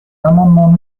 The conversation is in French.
l’amendement